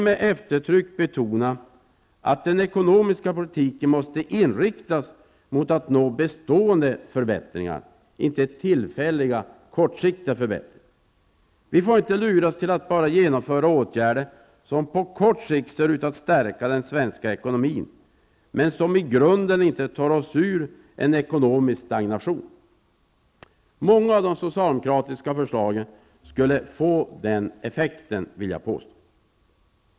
Med eftertryck vill jag betona att den ekonomiska politiken måste inriktas på att nå bestående förbättringar. Vi får inte luras till att bara genomföra åtgärder som på kort sikt ser ut att stärka den svenska ekonomin, men som i grunden inte tar oss ur ekonomisk stagnation. Många av de socialdemokratiska förslagen skulle få den effekten.